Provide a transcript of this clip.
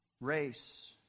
race